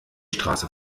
straße